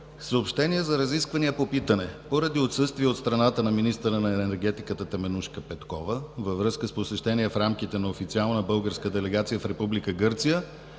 Съобщения за разисквания по питане: Поради отсъствие от страната на министъра на енергетиката Теменужка Петкова, във връзка с посещение в рамките на официална българска делегация в Република